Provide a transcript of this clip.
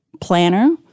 planner